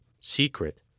secret